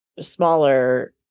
smaller